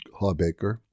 Hawbaker